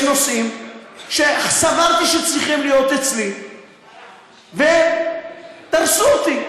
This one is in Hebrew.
נושאים שסברתי שצריכים להיות אצלי ודרסו אותי,